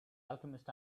alchemist